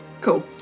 Cool